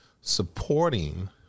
supporting